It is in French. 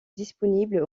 disponibles